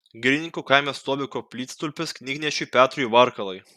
girininkų kaime stovi koplytstulpis knygnešiui petrui varkalai